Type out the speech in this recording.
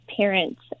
parents